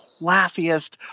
classiest